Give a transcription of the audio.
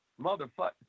motherfucker